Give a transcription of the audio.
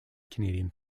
canadian